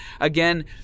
again